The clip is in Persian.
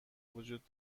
وجود